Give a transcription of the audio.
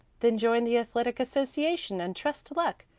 then join the athletic association and trust to luck,